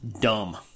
Dumb